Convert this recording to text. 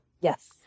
Yes